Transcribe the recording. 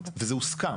וזה הוסכם.